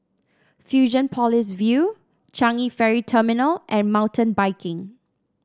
Fusionopolis View Changi Ferry Terminal and Mountain Biking